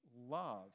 love